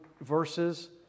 verses